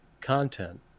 content